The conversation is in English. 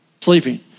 sleeping